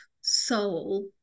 soul